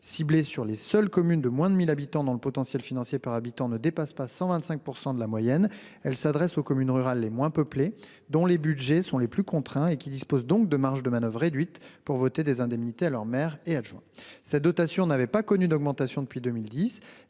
Ciblée sur les seules communes de moins de 1 000 habitants dont le potentiel financier par habitant ne dépasse pas 125 % de la moyenne, elle s'adresse aux communes rurales les moins peuplées, dont les budgets sont les plus contraints et qui disposent donc de marges de manoeuvre réduites pour voter des indemnités à leurs maires et adjoints. Cette dotation n'avait pas été augmentée depuis 2010.